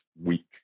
week